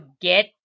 get